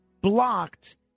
blocked